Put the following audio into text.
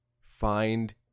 Find